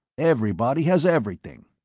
everybody has everything.